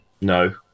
No